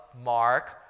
Mark